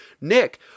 Nick